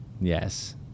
Yes